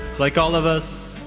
like all of us,